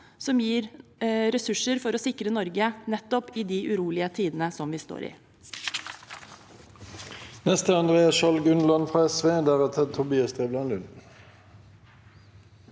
som gir ressurser for å sikre Norge nettopp i de urolige tidene vi står i.